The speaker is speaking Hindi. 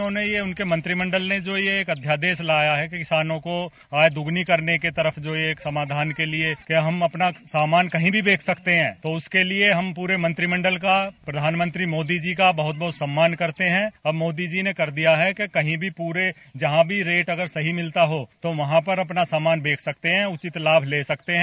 उन्होंने ये उनके मंत्रिमंडल ने जो यह एक अध्यादेश लाया है कि किसानों को आय दुगुनी करने के तरफ जो एक समाधान के लिये कि हम अपना सामान कहीं भी बेच सकते हैं तो उसके लिये हम पूरे मंत्रिमंडल का प्रधानमंत्री मोदी जी का बहुत बहुत सम्मान करते हैं और मोदी जी ने कर दिया है कि कहीं भी पूरे जहां भी रेट अगर सही मिलता हो तो वहां पर अपना सामान बेच सकते है उचित लाभ ले सकते हैं